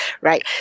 right